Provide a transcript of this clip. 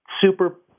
super